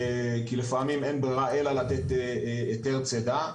כי לפעמים אין ברירה אלא לתת היתר צידה.